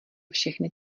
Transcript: všechny